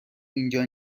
اینجا